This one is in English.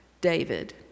David